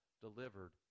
delivered